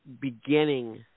beginning